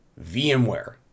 VMware